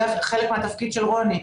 זה חלק מהתפקיד של רוני פופולר.